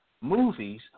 movies